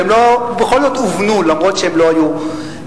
והן בכל זאת הובנו אף-על-פי שהן לא היו רשמיות.